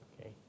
Okay